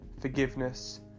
forgiveness